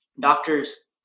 doctors